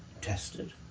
tested